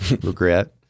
Regret